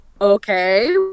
okay